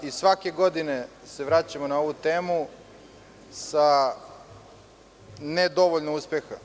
Svake godine se vraćamo na ovu temu sa nedovoljno uspeha.